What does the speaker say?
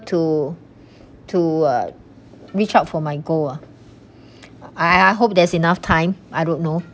to to uh reach out for my goal ah I I hope there's enough time I don't know